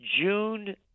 June